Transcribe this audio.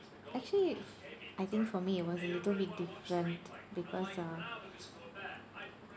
actually I think for me it was a little bit different because uh